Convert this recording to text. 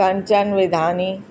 Kanchan Vidhani